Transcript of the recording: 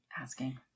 Asking